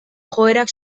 joerak